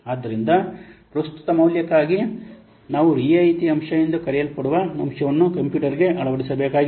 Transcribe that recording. ಆದ್ದರಿಂದ ಪ್ರಸ್ತುತ ಮೌಲ್ಯಕ್ಕಾಗಿ ನಾವು ರಿಯಾಯಿತಿ ಅಂಶ ಎಂದು ಕರೆಯಲ್ಪಡುವ ಅಂಶವನ್ನು ಕಂಪ್ಯೂಟರ್ ಗೆ ಅಳವಡಿಸಬೇಕಾಗಿದೆ